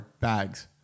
bags